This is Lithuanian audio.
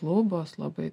lubos labai